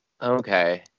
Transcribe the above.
Okay